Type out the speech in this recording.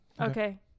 Okay